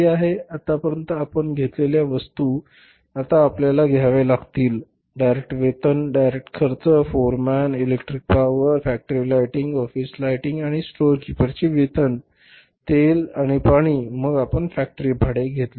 आतापर्यंत आपण न घेतलेल्या वस्तू आता आपल्याला घ्याव्या लागतील डायरेक्ट वेतन डायरेक्ट खर्च foreman electric power factory lighting office lighting आपण स्टोअरकीपरचे वेतन घेतले आहे तेल आणि पाणी घेतले आहे मग आपण फॅक्टरी भाडे घेतले आहे